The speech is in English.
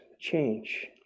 change